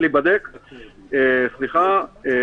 ובסך הכל